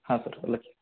हां सर आलं लक्षात